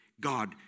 God